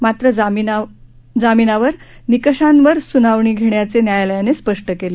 मात्र जामीनावर निकषांवर सुनावणी घेण्याचे न्यायालयाने स्पष्ट केले